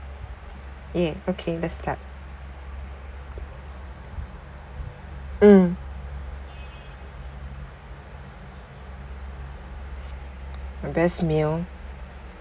yeah okay let's start mm best meal